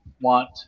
want